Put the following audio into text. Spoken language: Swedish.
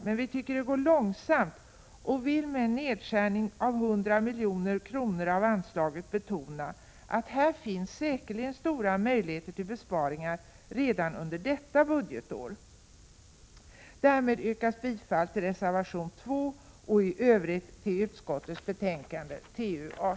Men vi tycker att det går långsamt och vill med en nedskärning med 100 milj.kr. av anslaget betona att här säkerligen finns stora möjligheter till besparingar redan under detta budgetår.